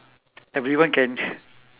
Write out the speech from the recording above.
everyone can